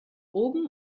oben